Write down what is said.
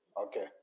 Okay